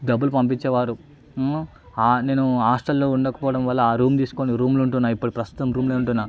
డబ్బులు పంపిచ్చేవారు నేను హాస్టల్లో ఉండకపోవడం వల్ల ఆ రూమ్ తీసుకొని రూమ్లో ఉంటున్నా ఇప్పుడు ప్రస్తుతం రూమ్లో ఉంటున్నా